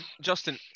justin